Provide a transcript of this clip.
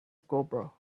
cobra